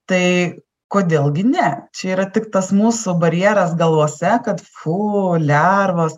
tai kodėl gi ne čia yra tik tas mūsų barjeras galvose kad fu lervos